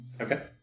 Okay